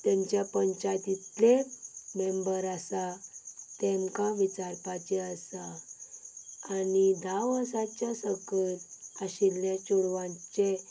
तेमच्या पंचायतींतले मेम्बर आसा तांकां विचारपाची आसा आनी धा वर्साच्या सकयल आशिल्ल्या चेडवांचे